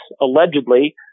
allegedly